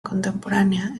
contemporánea